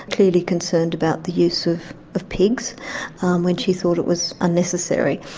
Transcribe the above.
clearly concerned about the use of of pigs when she thought it was unnecessary.